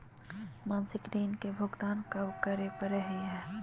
मासिक ऋण के भुगतान कब करै परही हे?